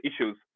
issues